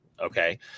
Okay